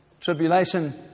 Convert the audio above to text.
tribulation